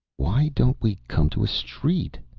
why don't we come to a street?